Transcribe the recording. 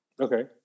Okay